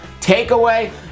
Takeaway